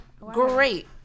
Great